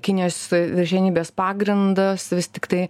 kinijos viršenybės pagrindas vis tiktai